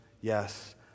yes